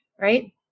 Right